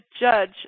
judge